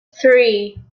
three